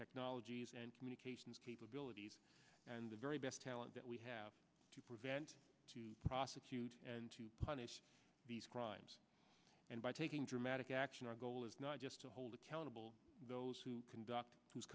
technologies and communications capabilities and the very best talent that we have to prevent to prosecute and to punish these crimes and by taking dramatic action our goal is not just to hold accountable those who conduct who